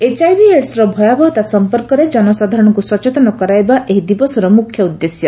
HIV ଏଡ୍ସର ଭୟାବହତା ସଂପର୍କରେ ଜନସାଧାରଣଙ୍କୁ ସଚେତନ କରାଇବା ଏହି ଦିବସର ମୁଖ୍ୟ ଉଦ୍ଦେଶ୍ୟ